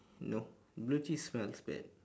no blue cheese smells bad